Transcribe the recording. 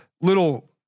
little